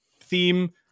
theme